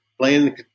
playing